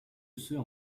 osseux